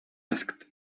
asked